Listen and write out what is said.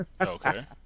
Okay